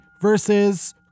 versus